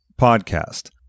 podcast